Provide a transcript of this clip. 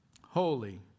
holy